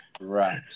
Right